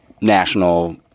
national